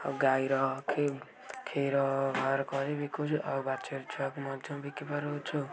ଆଉ ଗାଈର କ୍ଷୀର ବାହାର କରି ବିକୁଛୁ ଆଉ ବାଛୁରୀ ଛୁଆକୁ ମଧ୍ୟ ବିକିପାରୁଛୁ